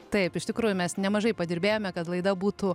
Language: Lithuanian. taip iš tikrųjų mes nemažai padirbėjome kad laida būtų